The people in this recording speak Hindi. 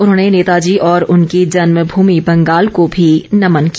उन्होंने नेताजी और उनकी जन्म भूमि बंगाल को भी नमन किया